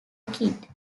kit